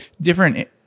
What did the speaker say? different –